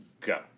Go